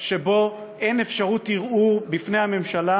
שבו אין אפשרות ערעור בפני הממשלה,